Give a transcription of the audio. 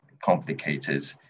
complicated